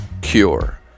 Cure